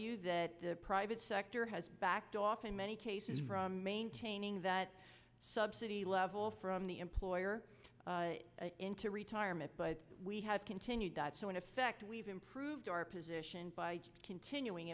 you that the private sector has backed off in many cases from maintaining that subsidy level from the employer into retirement but we have continued that so in effect we've improved our position by continuing